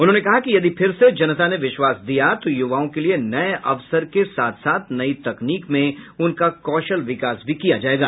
उन्होंने कहा कि यदि फिर से जनता ने विश्वास दिया तो युवाओं के लिए नये अवसर के साथ साथ नई तकनीक में उनका कौशल विकास भी किया जायेगा